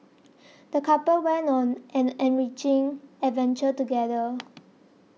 the couple went on an enriching adventure together